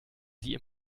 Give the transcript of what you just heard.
sie